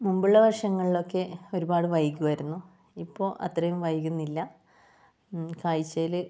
മുൻപുള്ള വർഷങ്ങളിലൊക്കെ ഒരുപാട് വൈകുയിരുന്നു ഇപ്പോൾ അത്രയും വൈകുന്നില്ല കാഴ്ചയിൽ